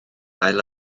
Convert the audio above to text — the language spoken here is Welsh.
ail